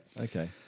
Okay